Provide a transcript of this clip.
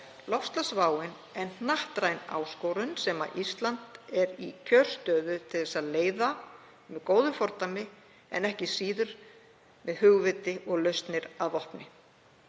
Loftslagsváin er hnattræn áskorun sem Ísland er í kjörstöðu til þess að leiða með góðu fordæmi en ekki síður með hugvit og lausnir að vopni.